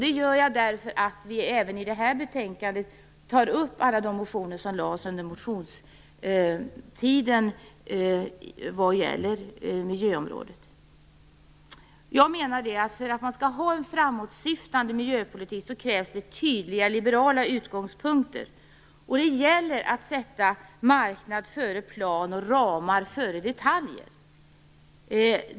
Detta gör jag eftersom vi även i det här betänkandet tar upp alla de motioner som väcktes under motionstiden vad gäller miljöområdet. För att man skall kunna ha en framåtsyftande miljöpolitik krävs det tydliga liberala utgångspunkter. Det gäller att sätta marknad före plan och ramar före detaljer.